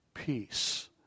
Peace